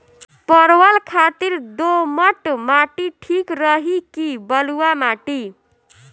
परवल खातिर दोमट माटी ठीक रही कि बलुआ माटी?